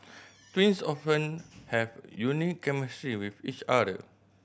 twins often have unique chemistry with each other